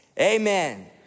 Amen